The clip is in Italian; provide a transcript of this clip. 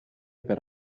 per